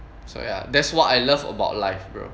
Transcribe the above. so ya that's what I love about life bro